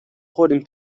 خوردیم